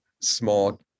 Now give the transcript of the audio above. small